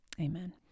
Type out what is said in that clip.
amen